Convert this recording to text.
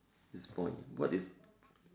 this point what is